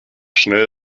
schnell